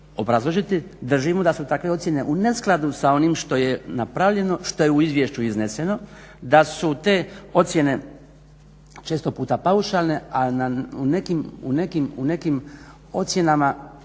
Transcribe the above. obrazložiti da živimo da su takve ocjene u neskladu sa onim što je na napravljeno, što je u izvješću izneseno, da su te ocjene često puta paušalne, a u nekim ocjenama